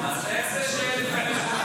אז איך זה --- משרתים?